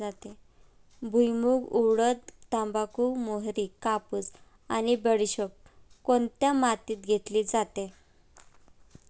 भुईमूग, उडीद, तंबाखू, मोहरी, कापूस आणि बडीशेप कोणत्या मातीत घेतली जाते?